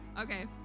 Okay